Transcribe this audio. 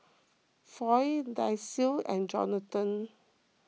Floyd Dicie and Jonathon